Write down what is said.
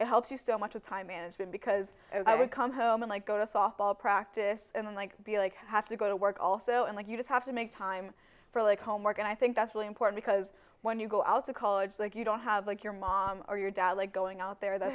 it helps you so much with time management because i would come home and i go to softball practice and like be like have to go to work also and like you just have to make time for like homework and i think that's really important because when you go out of college like you don't have like your mom or your dad like going out there that